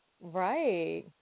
right